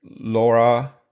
Laura